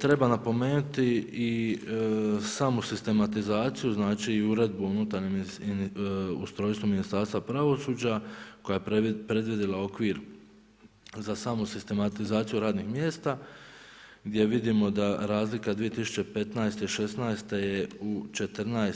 Treba napomenuti i samu sistematizaciju, znači uredbu o unutarnjem ustrojstva MUP-a koja je predvidjela okvir za samu sistematizaciju radnih mjesta gdje vidimo da razlika 2015. i 2016. je u 14